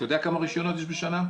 יודע כמה רישיונות יש בשנה?